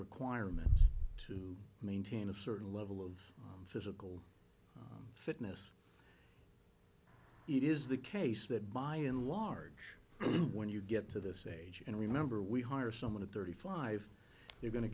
requirement to maintain a certain level of physical fitness it is the case that by and large when you get to this age and remember we hire someone at thirty five you're go